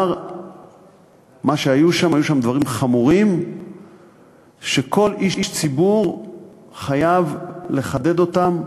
היו שם דברים חמורים שכל איש ציבור חייב לחדד אותם,